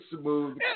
smooth